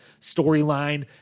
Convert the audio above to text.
storyline